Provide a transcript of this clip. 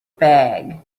bag